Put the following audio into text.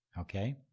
Okay